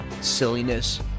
silliness